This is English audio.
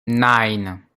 nine